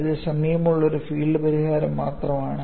ഇത് സമീപമുള്ള ഒരു ഫീൽഡ് പരിഹാരം മാത്രമാണ്